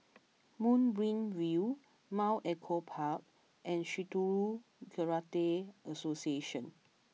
Moonbeam View Mount Echo Park and Shitoryu Karate Association